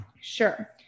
Sure